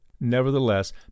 Nevertheless